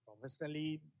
Professionally